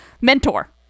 mentor